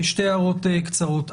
שתי הערות קצרות.